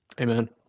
amen